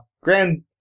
Grand